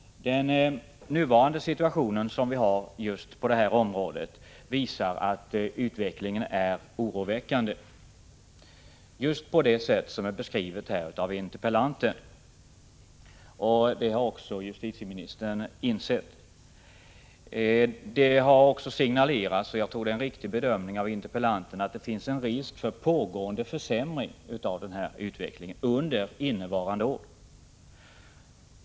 Den nuvarande situationen på detta område visar att utvecklingen är oroväckande, just på det sätt som är beskrivet av interpellanten. Det har också justitieministern insett. Det har även antytts, och jag tror att det är en riktig bedömning av interpellanten, att det under innevarande år finns risk för en fortgående försämring av denna utveckling.